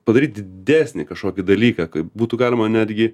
padaryt didesnį kažkokį dalyką kaip būtų galima netgi